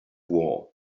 war